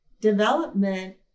development